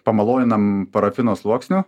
pamaloninam parafino sluoksniu